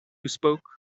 spoke